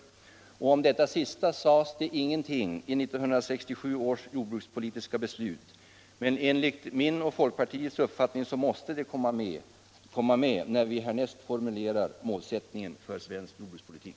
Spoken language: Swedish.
Om detta sista sades ingenting i 1967 års jordbrukspolitiska beslut. Men enligt min och folkpartiets uppfattning måste det komma med, när vi härnäst formulerar målsättningen för svensk jordbrukspolitik.